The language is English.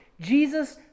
Jesus